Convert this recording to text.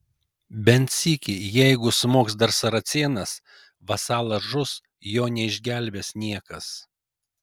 bent sykį jeigu smogs dar saracėnas vasalas žus jo neišgelbės niekas